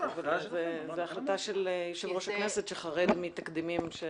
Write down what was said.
זו החלטה של יושב-ראש הכנסת שחרד מתקדימים.